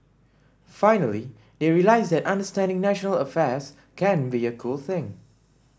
finally they realise that understanding national affairs can be a cool thing